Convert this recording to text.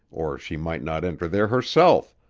or she might not enter there herself,